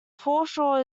foreshore